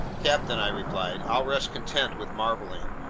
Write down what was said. captain, i replied, i'll rest content with marveling.